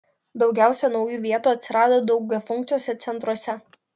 daugiausia naujų vietų atsirado daugiafunkciuose centruose